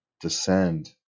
descend